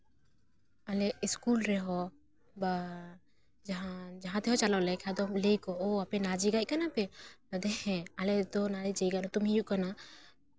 ᱟᱞᱮ ᱤᱥᱠᱩᱞ ᱨᱮᱦᱚᱸ ᱵᱟ ᱡᱟᱦᱟᱸ ᱡᱟᱦᱟᱸ ᱛᱮᱦᱚᱸ ᱪᱟᱞᱟᱣ ᱞᱮᱱᱠᱷᱟᱱ ᱟᱫᱚ ᱞᱟᱹᱭᱟᱠᱚ ᱟᱯᱮ ᱱᱟᱣᱟ ᱡᱟᱭᱜᱟ ᱦᱮᱡ ᱠᱟᱱᱟ ᱯᱮ ᱟᱫᱚ ᱦᱮᱸ ᱟᱞᱮ ᱫᱚ ᱱᱚᱣᱟ ᱡᱟᱭᱜᱟ ᱨᱮᱭᱟᱜ ᱧᱩᱛᱩᱢ ᱦᱩᱭᱩᱜ ᱠᱟᱱᱟ